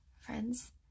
friends